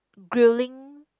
grilling